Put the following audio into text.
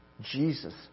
Jesus